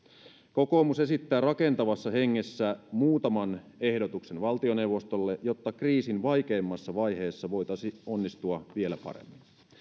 kokoomus esittää rakentavassa hengessä muutaman ehdotuksen valtioneuvostolle jotta kriisin vaikeammassa vaiheessa voitaisi onnistua vielä paremmin